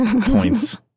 Points